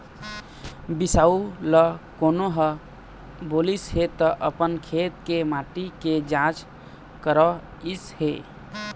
बिसाहू ल कोनो ह बोलिस हे त अपन खेत के माटी के जाँच करवइस हे